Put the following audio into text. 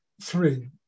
three